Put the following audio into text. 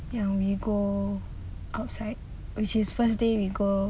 ya we go outside which is first day we go